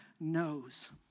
knows